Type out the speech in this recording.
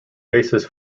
basis